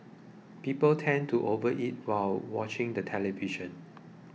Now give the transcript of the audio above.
people tend to overeat while watching the television